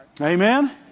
Amen